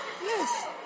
Yes